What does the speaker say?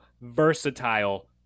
Versatile